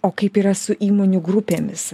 o kaip yra su įmonių grupėmis